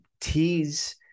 tease